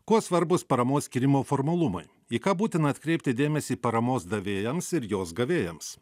kuo svarbūs paramos skyrimo formalumai į ką būtina atkreipti dėmesį paramos davėjams ir jos gavėjams